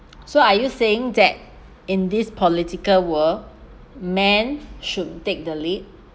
so are you saying that in this political world men should take the lead